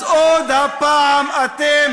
אז עוד פעם אתם